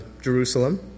Jerusalem